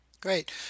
Great